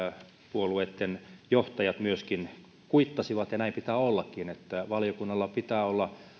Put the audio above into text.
puolueitten johtajat myöskin kuittasivat ja näin pitää ollakin että valiokunnalla pitää olla